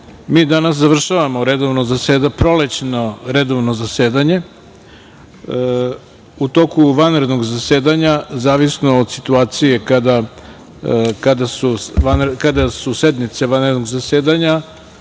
danas završavamo prolećno redovno zasedanje.U toku vanrednog zasedanja, zavisno od situacije kada su sednice vanrednog zasedanja,